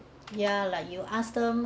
ya like you ask them